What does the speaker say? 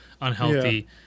unhealthy